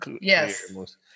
Yes